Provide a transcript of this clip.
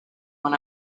when